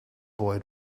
boy